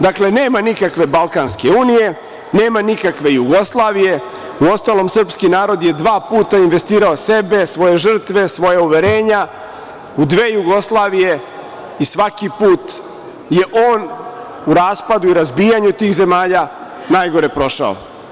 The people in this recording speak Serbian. Dakle, nema nikakve Balkanske unije, nema nikakve Jugoslavije, uostalom srpski narod je dva puta investirao sebe, svoje žrtve, svoja uverenja u dve Jugoslavije i svaki put je on u raspadu i razbijanju tih zemalja najgore prošao.